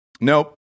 Nope